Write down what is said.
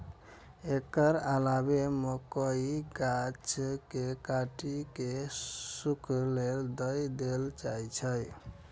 एकर अलावे मकइक गाछ कें काटि कें सूखय लेल दए देल जाइ छै